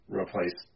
replace